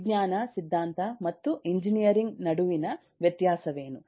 ವಿಜ್ಞಾನ ಸಿದ್ಧಾಂತ ಮತ್ತು ಎಂಜಿನಿಯರಿಂಗ್ ನಡುವಿನ ವ್ಯತ್ಯಾಸವೇನು